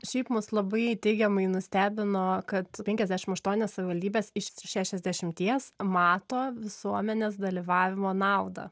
šiaip mus labai teigiamai nustebino kad penkiasdešim aštuonios savivaldybės iš šešiasdešimties mato visuomenės dalyvavimo naudą